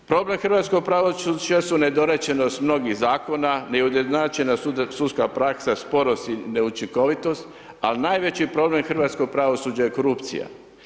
Problem hrvatskog pravosuđa su nedorečenost mnogih zakona, neujednačena sudska praksa, sporost i neučinkovitost, ali najveći problem hrvatskog pravosuđa je korupcija.